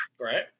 Right